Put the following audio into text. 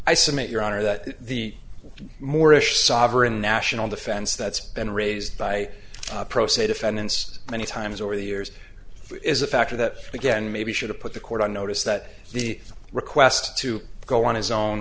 i submit your honor that the morrish sovereign national defense that's been raised by pro se defendants many times over the years is a factor that again maybe should have put the court on notice that the request to go on his own